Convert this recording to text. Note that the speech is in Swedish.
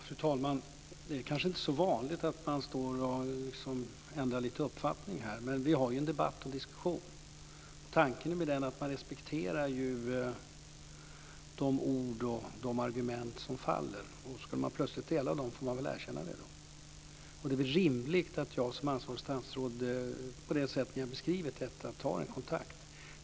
Fru talman! Det är kanske inte så vanligt att man står här och ändrar uppfattning. Men vi har en diskussion, och tanken med den är att man respekterar de ord och de argument som faller. Skulle man plötsligt dela dem får man väl erkänna det. Det är rimligt att jag som ansvarigt statsråd, på det sätt som ni har beskrivit detta, tar en kontakt.